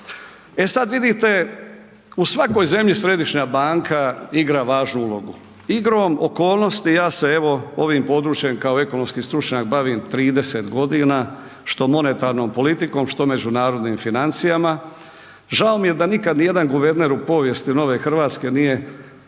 E sad vidite, u svakoj zemlji središnja banka igra važnu ulogu, igrom okolnosti ja se evo ovim područjem kao ekonomski stručnjak bavim 30.g., što monetarnom politikom, što međunarodnim financijama, žao mi je da nikad nijedan guverner u povijesti nove RH nije dakle